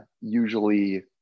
Usually